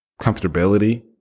comfortability